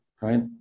right